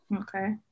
Okay